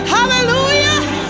Hallelujah